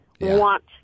want